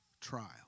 trial